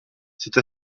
cette